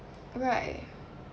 right